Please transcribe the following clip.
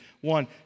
One